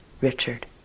Richard